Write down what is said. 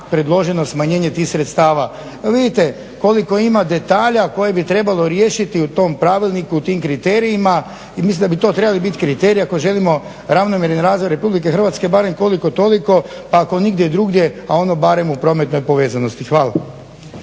predloženo smanjenje tih sredstava. Pa vidite koliko ima detalja koje bi trebalo riješiti u tom pravilniku, u tim kriterijima i mislim da bi trebalo biti kriteriji ako želimo ravnomjerni razvoj RH barem koliko toliko, ako nigdje drugdje a ono barem u prometnoj povezanosti. Hvala.